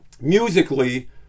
Musically